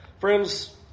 Friends